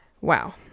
Wow